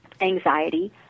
anxiety